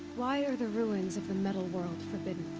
why are the ruins of the metal world forbidden?